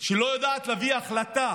שלא יודעת להביא החלטה